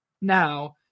now